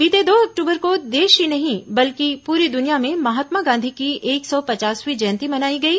बीते दो अक्टूबर को देश ही नहीं बल्कि पूरी दुनिया में महात्मा गांधी की एक सौ पचासवीं जयंती मनाई गई